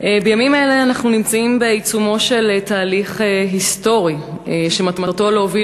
בימים אלה אנו נמצאים בעיצומו של תהליך היסטורי שמטרתו להוביל